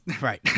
Right